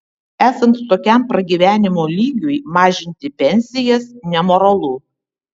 esant tokiam pragyvenimo lygiui mažinti pensijas nemoralu